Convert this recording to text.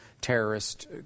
terrorist